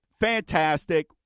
fantastic